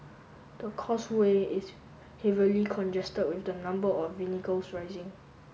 the causeway is heavily congested with the number of rising